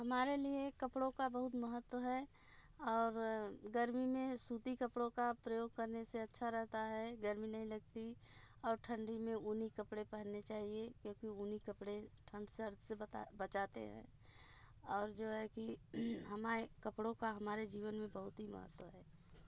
हमारे लिए कपड़ों का बहुत महत्व है और गर्मी में है सूती कपड़ों का प्रयोग करने से अच्छा रहता है गर्मी नहीं लगती और ठंडी में ऊनी कपड़े पहनने चाहिए क्योंकि ऊनी कपड़े ठंड सर्दी से बचाते हैं और जो है कि हमारे कपड़ों का हमारे जीवन में बहुत ही महत्व है